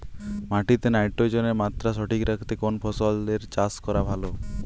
মাটিতে নাইট্রোজেনের মাত্রা সঠিক রাখতে কোন ফসলের চাষ করা ভালো?